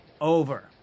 over